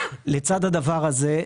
לצד הדבר הזה,